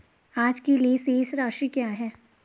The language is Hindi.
आज के लिए शेष राशि क्या है?